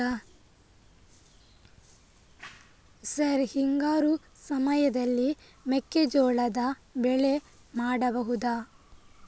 Sir ಹಿಂಗಾರು ಸಮಯದಲ್ಲಿ ಮೆಕ್ಕೆಜೋಳದ ಬೆಳೆ ಮಾಡಬಹುದಾ?